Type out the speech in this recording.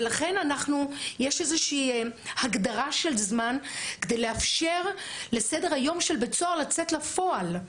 לכן יש איזו הגדרה של זמן כדי לאפשר לסדר-היום של בית סוהר לצאת לפועל.